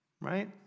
Right